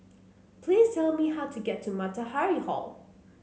please tell me how to get to Matahari Hall